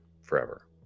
forever